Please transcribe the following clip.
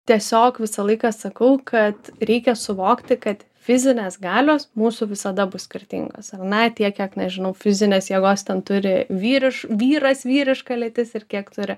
tiesiog visą laiką sakau kad reikia suvokti kad fizinės galios mūsų visada bus skirtingos ar ne tiek kiek nežinau fizinės jėgos ten turi vyriš vyras vyriška lytis ir kiek turi